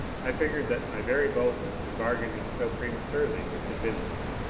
i figured that my very boldness in bargaining so prematurely would convince him.